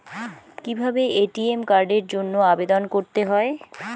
কিভাবে এ.টি.এম কার্ডের জন্য আবেদন করতে হয়?